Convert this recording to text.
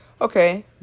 okay